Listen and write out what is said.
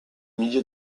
milieu